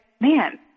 man